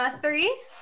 Three